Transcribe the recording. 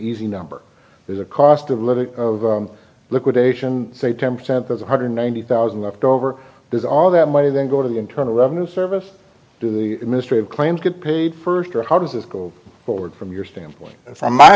easy number is a cost of living liquidation say ten percent as one hundred ninety thousand left over does all that money then go to the internal revenue service to the ministry of claims get paid first or how does this go forward from your standpoint from my